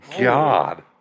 God